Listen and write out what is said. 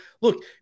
look